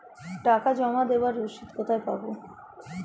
টাকা জমা দেবার রসিদ কোথায় পাব?